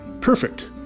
Perfect